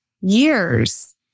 years